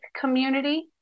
community